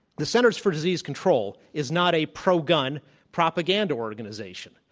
the centers for disease control is not a pro-gun propaganda organization.